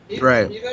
right